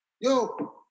yo